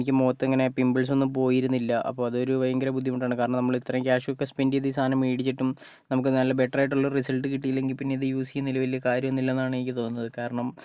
എനിക്ക് മുഖത്ത് ഇങ്ങനെ പിംപിൾസ് ഒന്നും പോയിരുന്നില്ല അപ്പോൾ അത് ഒരു ഭയങ്കര ബുദ്ധിമുട്ടാണ് കാരണം നമ്മൾ ഇത്രയും ക്യാഷ് ഒക്കെ സ്പെന്റ്റ് ചെയ്തു ഈ സാധനം മേടിച്ചിട്ടും നമുക്ക് നല്ല ബെറ്ററായിട്ടുള്ള റിസൾട്ട് കിട്ടിയില്ലെങ്കിൽ പിന്നെ ഇത് യൂസ് ചെയ്യുന്നതിൽ വലിയ കാര്യമൊന്നും ഇല്ലെന്നാണ് എനിക്ക് തോന്നുന്നത് കാരണം